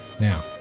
Now